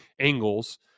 angles